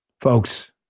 Folks